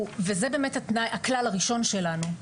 וזה באמת הכלל הראשון שלנו,